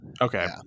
Okay